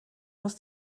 muss